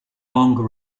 longer